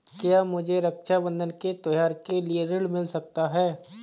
क्या मुझे रक्षाबंधन के त्योहार के लिए ऋण मिल सकता है?